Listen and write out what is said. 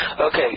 Okay